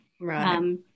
Right